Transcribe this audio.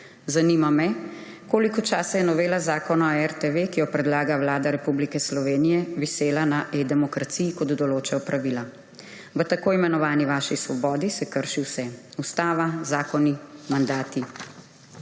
Zanima me, koliko časa je novela Zakona o RTV, ki jo predlaga Vlada Republike Slovenije, visela na E-demokraciji, kot določajo pravila. V tako imenovani vaši svobodi se krši vse – ustava, zakoni, mandati.